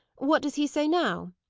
what does he say now?